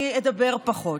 אני אדבר פחות.